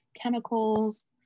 chemicals